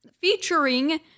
featuring